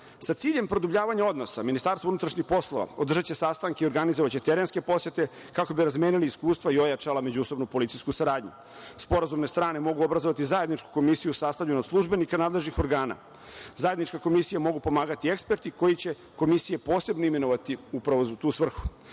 ciljem produbljavanja odnosa, MUP održaće sastanke i organizovaće terenske posete kako bi razmenili iskustva i ojačala međusobnu policijsku saradnju. Sporazumne strane mogu obrazovati zajedničku komisiju sastavljenu od službenika nadležnih organa. Zajedničku komisiju mogu pomagati eksperti koji će Komisija posebno imenovati upravo za tu